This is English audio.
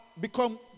become